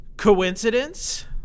coincidence